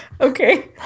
Okay